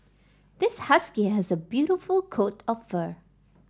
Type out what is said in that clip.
this husky has a beautiful coat of fur